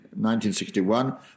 1961